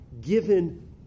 given